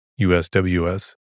USWS